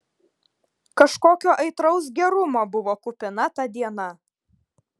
kažkokio aitraus gerumo buvo kupina ta diena